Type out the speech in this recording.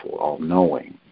all-knowing